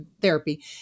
Therapy